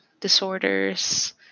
disorders